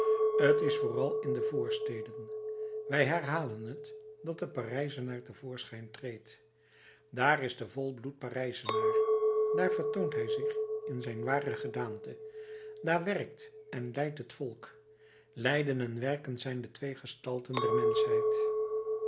t is vooral in de voorsteden wij herhalen het dat de parijzenaar te voorschijn treedt dààr is de volbloed parijzenaar daar vertoont hij zich in zijn ware gedaante daar werkt en lijdt het volk lijden en werken zijn de twee gestalten der menschheid